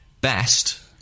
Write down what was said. Best